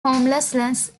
homelessness